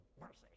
Mercy